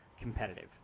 competitive